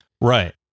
Right